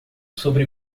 sobre